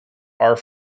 are